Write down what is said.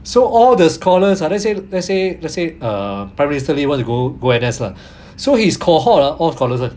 so all the scholars hor let's say let's say let's say err prime minister lee want to go go N_S lah so his cohort ah all scholars [one]